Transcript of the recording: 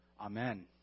Amen